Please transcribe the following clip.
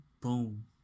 Boom